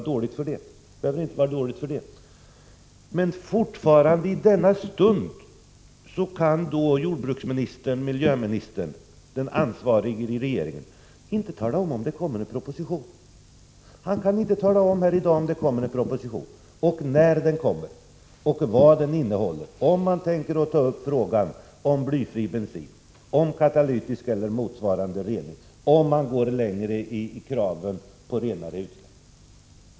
Men arbetet behöver inte vara dåligt för det. Men ännu i denna stund kan inte jordbruksministern — den som i regeringen har ansvar för miljöfrågorna — tala om huruvida det kommer en proposition, när den i så fall kommer och vad den skall innehålla, om man tänker ta upp frågorna om blyfri bensin, om katalytisk rening eller motsvarande eller om man kommer att gå längre i kraven på renare utsläpp.